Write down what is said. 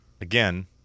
Again